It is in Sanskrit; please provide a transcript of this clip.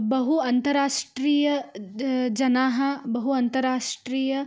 बहु अन्ताराष्ट्रीयाः ज जनाः बहु अन्ताराष्ट्रीयः